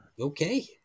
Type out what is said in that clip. okay